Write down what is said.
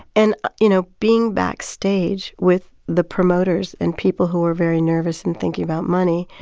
and you know, being backstage with the promoters and people who are very nervous and thinking about money,